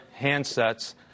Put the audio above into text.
handsets